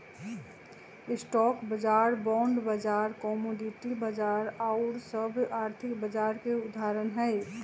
stock बाजार, bond बाजार, commodity बाजार आउर सभ आर्थिक बाजार के उदाहरण हइ